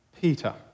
Peter